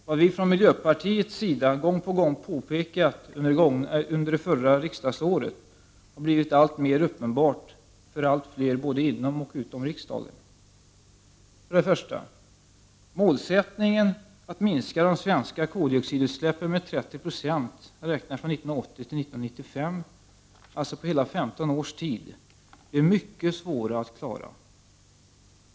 Vad vi från miljöpartiet gång på gång påpekat under det förra riksdagsåret har blivit alltmer uppenbart för allt fler både inom och utom riksdagen. För det första: Målsättningen att minska de svenska kväveoxidutsläppen med 30 96 räknat från 1980 till 1995, alltså på hela 15 års tid, blir mycket svår att klara.